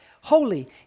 holy